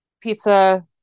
pizza